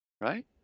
Right